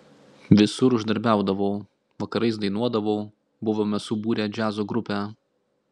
visur uždarbiaudavau vakarais dainuodavau buvome subūrę džiazo grupę